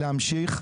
להמשיך.